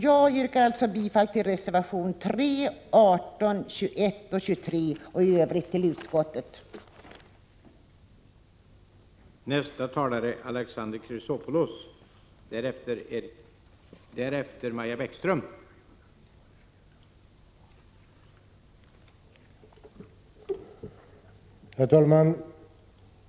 Jag yrkar alltså bifall till reservationerna 3, 18, 21 och 23 och i Övrigt till utskottets hemställan.